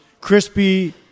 Crispy